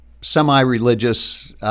semi-religious